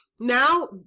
Now